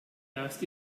erst